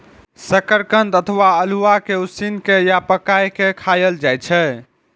शकरकंद अथवा अल्हुआ कें उसिन के या पकाय के खायल जाए छै